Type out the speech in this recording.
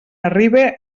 arribe